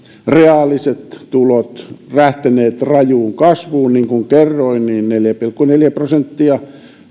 reaaliset tuloerot ovat lähteneet rajuun kasvuun niin kuin kerroin neljä pilkku neljä prosenttia